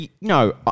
no